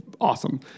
awesome